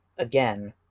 Again